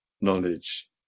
knowledge